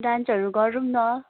डान्सहरू गरौँ न